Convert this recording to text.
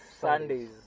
sundays